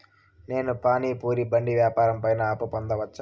నేను పానీ పూరి బండి వ్యాపారం పైన అప్పు పొందవచ్చా?